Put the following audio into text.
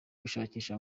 gushakisha